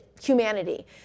humanity